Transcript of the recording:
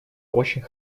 очень